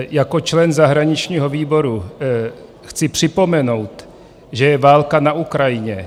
Jako člen zahraničního výboru chci připomenout, že je válka na Ukrajině.